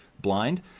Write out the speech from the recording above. blind